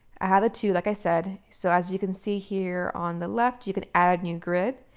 i have the two, like i said, so as you can see here on the left, you can add new grid,